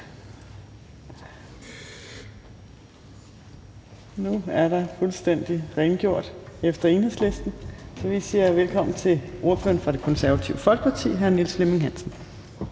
Nu er der rengjort efter Enhedslisten, og vi siger velkommen til ordføreren fra Det Konservative Folkeparti, hr. Niels Flemming Hansen.